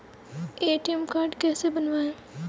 ATM card कैसे बनवाएँ?